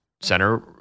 center